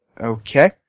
Okay